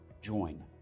join